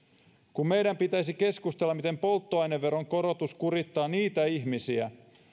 kun meidän pitäisi keskustella siitä miten polttoaineveron korotus kurittaa niitä ihmisiä